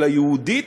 אלא יהודית.